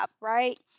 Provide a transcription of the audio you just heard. Right